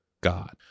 God